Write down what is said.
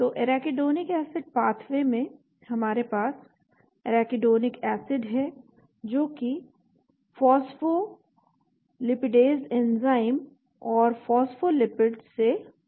तो arachidonic acid pathway में हमारे पास एराकिडोनिक एसिड है जो की फॉस्फोलिपिडेज एंजाइम और फॉस्फोलिपिड्स से बनता है